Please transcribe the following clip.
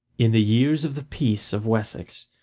in the years of the peace of wessex,